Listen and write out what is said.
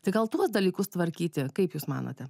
tai gal tuos dalykus tvarkyti kaip jūs manote